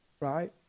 right